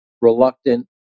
reluctant